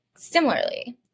Similarly